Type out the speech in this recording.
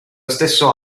stesso